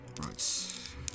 Right